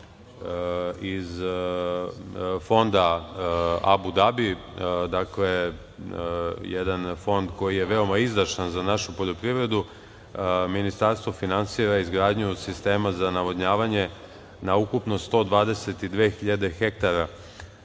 iz Fonda Abu Dabi, dakle, jedan Fond koji je veoma izdašan za našu poljoprivredu, ministarstvo finansira i izgradnju sistema za navodnjavanje na ukupno 122.000 hektara